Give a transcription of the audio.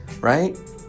Right